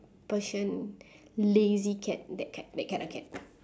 persian lazy cat that cat that kind of cat